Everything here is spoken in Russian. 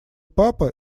папа